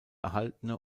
erhaltene